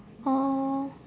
oh